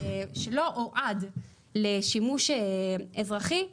שלא יועד לשימוש אזרחי,